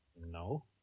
No